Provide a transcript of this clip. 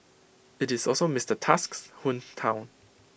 IT is also Mister Tusk's hometown